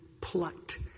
plucked